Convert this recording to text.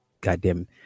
goddamn